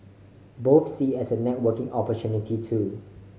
both see as a networking opportunity too